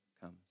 comes